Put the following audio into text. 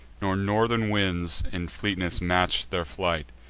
nor northern winds in fleetness match'd their flight.